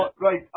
right